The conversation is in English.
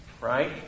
right